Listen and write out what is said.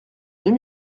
deux